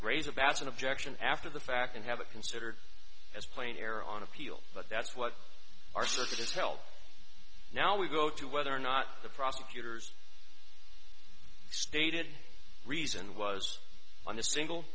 raise a bason objection after the fact and have it considered as plain error on appeal but that's what our circuit is healthy now we go to whether or not the prosecutor's stated reason was on the single